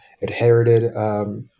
inherited